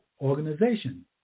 organization